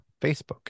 Facebook